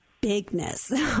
bigness